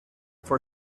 for